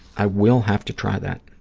i will have to try that.